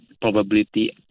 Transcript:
probability